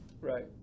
Right